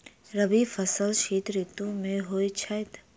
रबी फसल शीत ऋतु मे होए छैथ?